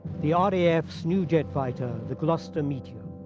the ah the ah raf's new jet fighter the gloucester meteor.